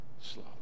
slow